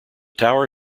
tower